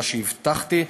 מה שהבטחתי,